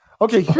okay